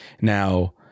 Now